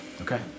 Okay